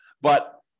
But-